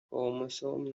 chromosome